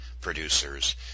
producers